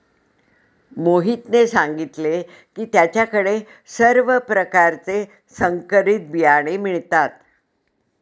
मोहितने सांगितले की त्याच्या कडे सर्व प्रकारचे संकरित बियाणे मिळतात